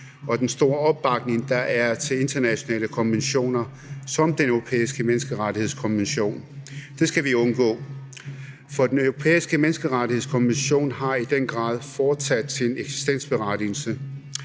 og den store opbakning til internationale konventioner som Den Europæiske Menneskerettighedskonvention. Det skal vi undgå. For Den Europæiske Menneskerettighedskonvention har i den grad fortsat sin eksistensberettigelse.